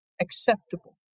acceptable